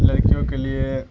لڑکیوں کے لیے